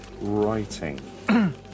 writing